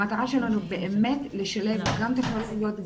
המטרה שלנו באמת לשלב גם טכנולוגיות,